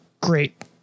great